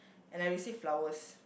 and I receive flowers